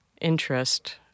interest